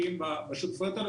המשקיעים בשותפויות האלה,